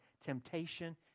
temptation